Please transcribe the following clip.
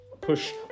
push